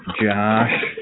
Josh